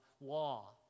law